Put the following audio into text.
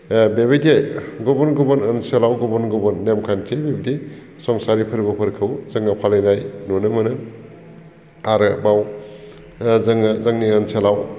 बेबायदि गुबुन गुबुन ओनसोलाव गुबुन गुबुन नेम खान्थि बिब्दि संसारि फोरबोफोरखौ जोङो फालिनाय नुनो मोनो आरो बेयाव जोङो जोंनि ओनसोलाव